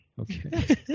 Okay